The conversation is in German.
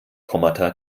kommata